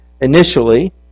Initially